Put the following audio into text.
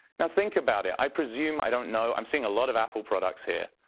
now think about it, i presume i don't know. i'm seeing a lot of apple products here.